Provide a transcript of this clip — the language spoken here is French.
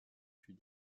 fut